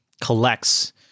collects